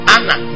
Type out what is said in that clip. Anna